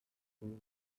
people